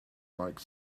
like